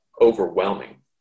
overwhelming